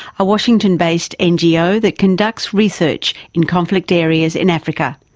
a washington based ngo that conducts research in conflict areas in africa.